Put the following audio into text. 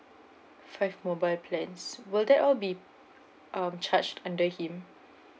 five mobile plans will that all be um charged under him